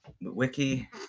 wiki